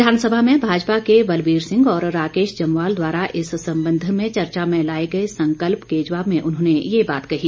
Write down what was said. विधानसभा में भाजपा के बलबीर सिंह और राकेश जम्वाल द्वारा इस संबंध में चर्चा के लाए गए संकल्प के जवाब में ये बात कही